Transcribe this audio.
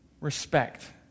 respect